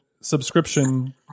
subscription